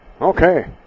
Okay